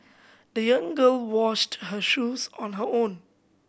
the young girl washed her shoes on her own